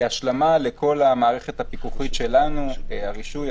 וכהשלמה לכל המערכת הפיקוחית שלנו הרישוי,